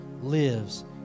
lives